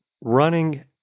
running